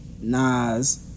Nas